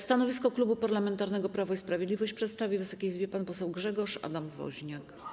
Stanowisko Klubu Parlamentarnego Prawo i Sprawiedliwość przedstawi Wysokiej Izbie pan poseł Grzegorz Adam Woźniak.